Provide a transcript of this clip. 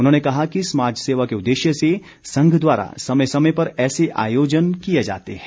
उन्होंने कहा कि समाज सेवा के उद्देश्य से संघ द्वारा समय समय पर ऐसे आयोजन किए जाते हैं